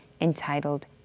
entitled